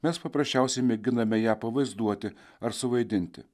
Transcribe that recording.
mes paprasčiausiai mėginame ją pavaizduoti ar suvaidinti